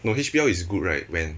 no H_B_L is good right when